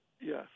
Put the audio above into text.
Yes